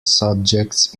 subjects